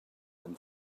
and